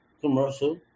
commercial